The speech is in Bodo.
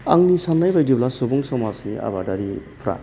आंनि सानायबायदिब्ला सुबुं समाजनि आबादारिफ्रा